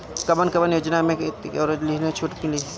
कवन कवन योजना मै खेती के औजार लिहले पर छुट मिली?